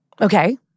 okay